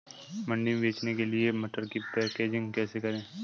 मंडी में बेचने के लिए मटर की पैकेजिंग कैसे करें?